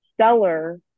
stellar